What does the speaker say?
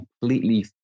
completely